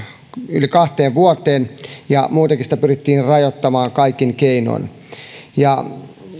yli kahteen vuoteen ja muutenkin sitä pyrittiin rajoittamaan kaikin keinoin